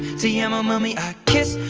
te amo, mami i kiss